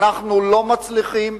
אנחנו לא מצליחים,